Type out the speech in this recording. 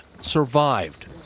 survived